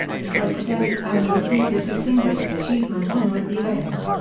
the psychedelic band received a distinguished achievement honor at the event.